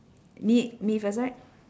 me me first right